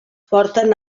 porten